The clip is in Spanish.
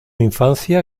infancia